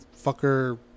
Fucker